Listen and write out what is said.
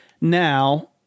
Now